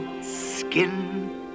skin